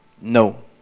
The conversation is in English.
No